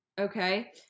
Okay